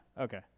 Okay